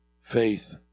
faith